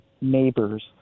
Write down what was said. neighbors